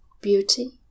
Beauty